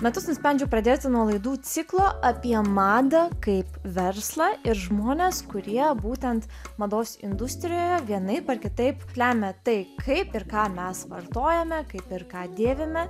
metus nusprendžiau pradėti nuo laidų ciklo apie madą kaip verslą ir žmones kurie būtent mados industrijoje vienaip ar kitaip lemia tai kaip ir ką mes vartojame kaip ir ką dėvime